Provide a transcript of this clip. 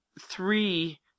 three